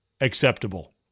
acceptable